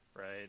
Right